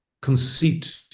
conceit